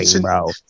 bro